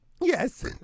Yes